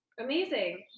Amazing